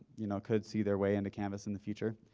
you know, could see their way into canvas in the future.